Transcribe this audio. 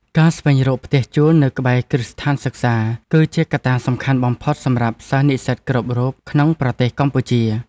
ការស្វែងរកផ្ទះជួលនៅក្បែរគ្រឹះស្ថានសិក្សា គឺជាកត្តាសំខាន់បំផុតសម្រាប់សិស្សនិស្សិតគ្រប់រូបក្នុងប្រទេសកម្ពុជា។